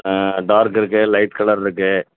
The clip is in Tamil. ஆ டார்க் இருக்குது லைட் கலர் இருக்குது